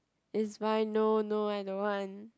is fine no no I don't want